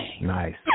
Nice